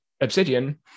Obsidian